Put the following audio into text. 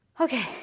okay